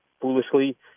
foolishly